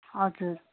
हजुर